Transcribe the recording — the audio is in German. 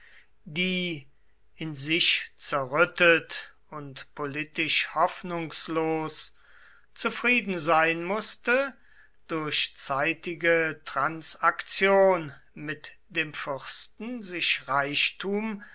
die in sich zerrüttet und politisch hoffnungslos zufrieden sein mußte durch zeitige transaktion mit dem fürsten sich reichtum